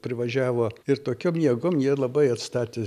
privažiavo ir tokiom jėgom jie labai atstatė